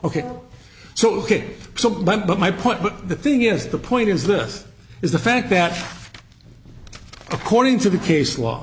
to ok so so but but my point but the thing is the point is this is the fact that according to the case law